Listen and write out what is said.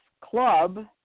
club